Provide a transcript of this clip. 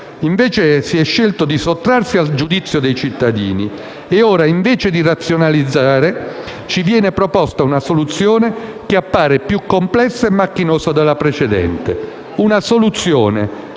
Invece si è scelto di sottrarsi al giudizio dei cittadini e ora, anziché una razionalizzazione, viene proposta una soluzione che appare più complessa e macchinosa della precedente. Una soluzione